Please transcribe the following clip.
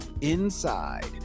inside